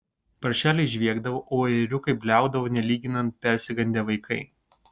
paršeliai žviegdavo o ėriukai bliaudavo nelyginant persigandę vaikai